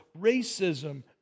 racism